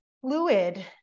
fluid